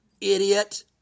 Idiot